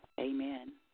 Amen